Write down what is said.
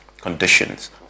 conditions